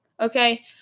okay